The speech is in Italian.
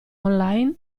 online